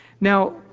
Now